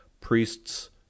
Priests